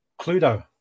Cluedo